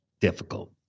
difficult